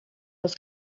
das